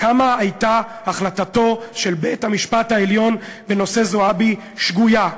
כמה הייתה החלטתו של בית-המשפט העליון בנושא זועבי שגויה.